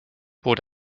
bot